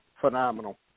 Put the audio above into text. phenomenal